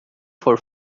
for